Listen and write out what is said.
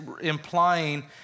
implying